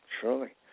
Surely